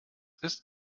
ist